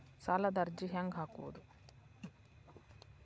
ಸಾಲದ ಅರ್ಜಿ ಹೆಂಗ್ ಹಾಕುವುದು?